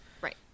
right